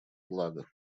блага